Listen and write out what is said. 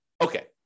Okay